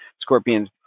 scorpions